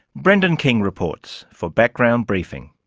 brendan king reports for background briefing.